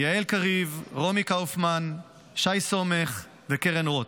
יעל קריב, רומי קאופמן, שי סומך וקרן רוט.